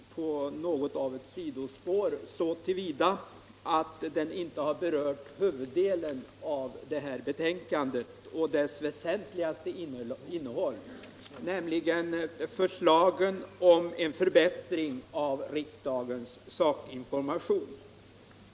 Herr talman! Den här debatten har förts på något av ett sidospår så till vida att den inte har berört huvuddelen av betänkandet och därtill dess väsentligaste innehåll, nämligen förslagen om en förbättring av riksdagens sakinformation.